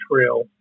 trail